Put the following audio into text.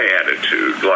attitude